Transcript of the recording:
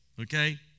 Okay